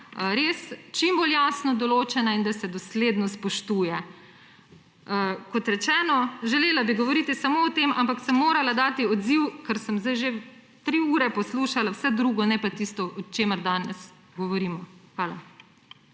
res čim bolj jasno določena in da se dosledno spoštuje. Kot rečeno, želela bi govoriti samo o tem, ampak sem morala dati odziv, ker sem sedaj že tri ure poslušala vse drugo, ne pa tistega, o čemer danes govorimo. Hvala.